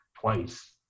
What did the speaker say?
twice